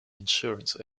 insurance